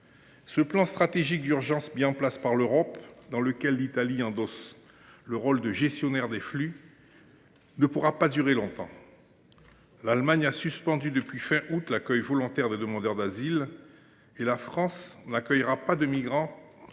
Ce plan stratégique d’urgence mis en place par l’Europe, dans lequel l’Italie joue le rôle de gestionnaire des flux, ne pourra pas durer longtemps. L’Allemagne a suspendu, depuis la fin du mois d’août, l’accueil volontaire des demandeurs d’asile et la France n’accueillera pas de migrants passés